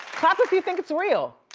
clap if you think it's real.